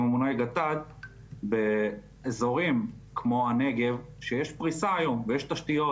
מונעי גט"ד באזורים כמו הנגב שיש פריסה היום ויש תשתיות,